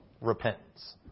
repentance